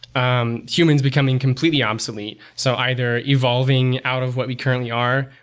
um humans becoming completely obsolete. so either evolving out of what we currently are,